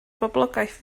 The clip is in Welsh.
boblogaeth